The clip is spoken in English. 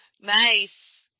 Nice